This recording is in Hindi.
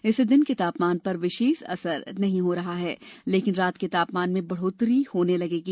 इससे दिन के तापमान पर विशेष असर नहीं हो रहा है लेकिन रात के तापमान में बढ़ोतरी होने लगेगी